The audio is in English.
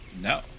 No